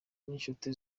n’inshuti